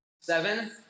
seven